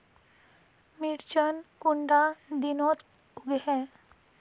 मिर्चान कुंडा दिनोत उगैहे?